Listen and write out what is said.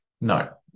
no